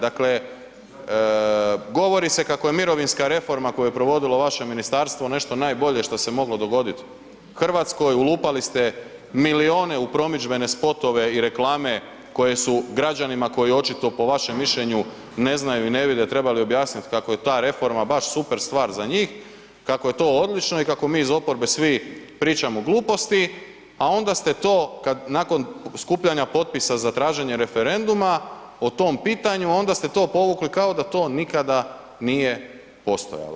Dakle, govori se kako je mirovinska reforma koju je provodilo vaše ministarstvo nešto najbolje što se moglo dogoditi Hrvatskoj, ulupali ste milijune u promidžbene spotove i reklame koje su građanima koji očito po vašem mišljenju ne znaju i ne vide da trebali objasniti kako je ta reforma baš super stvar za njih, kako je to odlično i kako mi iz oporbe svi pričamo gluposti, a onda ste to nakon skupljanja potpisa za traženje referenduma o tom pitanju, onda ste to povukli kao da to nikada nije postojalo.